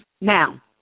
Now